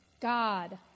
God